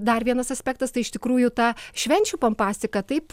dar vienas aspektas tai iš tikrųjų ta švenčių pompastika taip